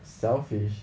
selfish